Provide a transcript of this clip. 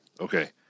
Okay